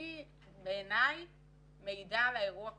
היא בעיניי מעידה על האירוע כולו.